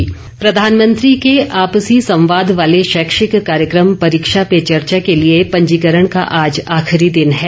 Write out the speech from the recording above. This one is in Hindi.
परीक्षा पे चर्चा प्रधानमंत्री के आपसी संवाद वाले शैक्षिक कार्यक्रम परीक्षा पे चर्चा के लिए पंजीकरण का आज आखिरी दिन है